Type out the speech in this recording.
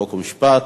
חוק ומשפט.